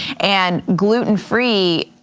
and gluten free,